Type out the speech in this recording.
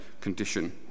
condition